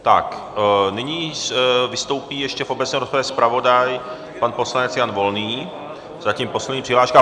Tak, nyní vystoupí ještě v obecné rozpravě zpravodaj pan poslanec Jan Volný, zatím poslední přihláška.